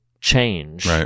change